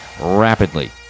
rapidly